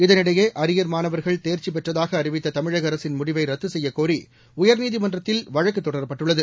இதனிடையே அரியர் மாணவர்கள் தேர்ச்சி பெற்றதாக அறிவித்த தமிழக அரசின் முடிவை ரத்து செய்யக் கோரி உயர்நீதிமன்றத்தில் வழக்குத் தொடரப்பட்டுள்ளது